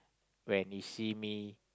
when she see me